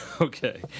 okay